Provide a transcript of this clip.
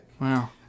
Wow